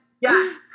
Yes